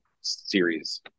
series